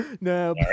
No